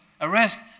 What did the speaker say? arrest